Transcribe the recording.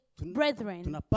Brethren